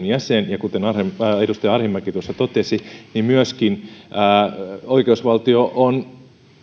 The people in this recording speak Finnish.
jäsen ja kuten edustaja arhinmäki tuossa totesi myöskin oikeusvaltio on